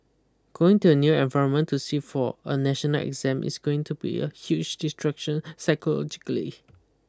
going to a new environment to sit for a national exam is going to be a huge distraction psychologically